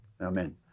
Amen